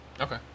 okay